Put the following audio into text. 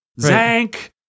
Zank